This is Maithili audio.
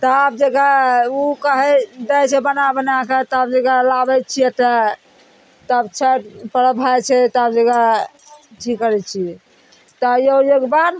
तब जेकरा उ कहय दै छै बना बनाके तब जकरा लाबय छियै तऽ तब छैठ पर्व भऽ जाइ छै तब जगह अथी करय छियै तब यौ एक बार